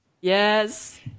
yes